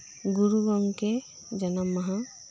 ᱜᱩᱨᱩ ᱜᱚᱝᱠᱮ ᱡᱟᱱᱟᱢ ᱢᱟᱦᱟ